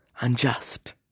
unjust